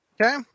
Okay